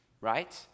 right